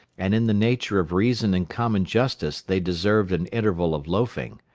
and in the nature of reason and common justice they deserved an interval of loafing.